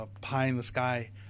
pie-in-the-sky